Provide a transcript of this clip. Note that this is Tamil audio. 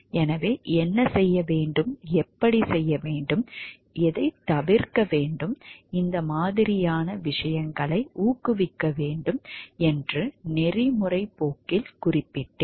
எனவே என்ன செய்ய வேண்டும் எப்படிச் செய்ய வேண்டும் எதைத் தவிர்க்க வேண்டும் இந்த மாதிரியான விஷயங்களை ஊக்குவிக்க வேண்டும் என்று நெறிமுறைப் போக்கில் குறிப்பிட்டேன்